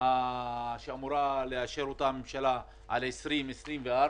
שאמורה הממשלה לאשר לשנים 2020 2024